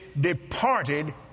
departed